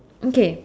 okay